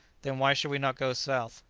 then why should we not go south?